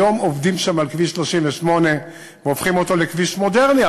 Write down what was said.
היום עובדים על כביש 38 והופכים אותו לכביש מודרני.